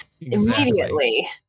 Immediately